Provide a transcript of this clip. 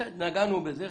נגענו בזה.